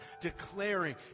Declaring